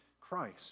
Christ